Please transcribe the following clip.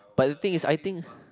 but the thing is I think